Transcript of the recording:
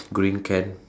green can